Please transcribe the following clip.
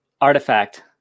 artifact